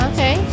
Okay